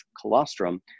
colostrum